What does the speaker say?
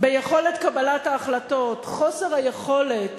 ביכולת קבלת ההחלטות, חוסר היכולת